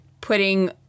putting